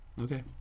Okay